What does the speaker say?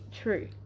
true